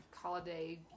Holiday